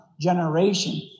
generation